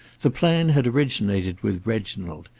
the plan had originated with reginald,